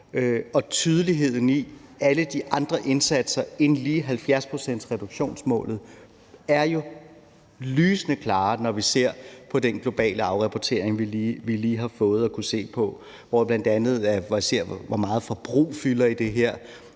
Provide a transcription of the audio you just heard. Og tydeligheden i alle de andre indsatser end lige 70-procentsreduktionsmålet er jo lysende klar, når vi ser på den globale afrapportering, vi lige har fået, hvor vi bl.a. ser på, hvor meget forbrug fylder i det her.